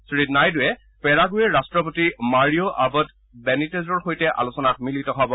শ্ৰীনাইডুৱে পেৰাগুৱেৰ ৰাষ্ট্ৰপতি মাৰিও আবদ বেনিটেজৰ সৈতে আলোচনাত মিলিত হ'ব